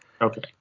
Okay